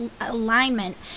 alignment